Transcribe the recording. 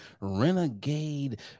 Renegade